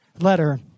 letter